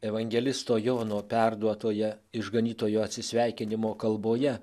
evangelisto jono perduotoje išganytojo atsisveikinimo kalboje